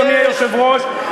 אדוני היושב-ראש,